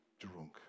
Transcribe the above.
drunk